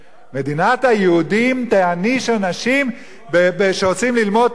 מדינת היהודים תעניש אנשים שרוצים ללמוד, הוא לא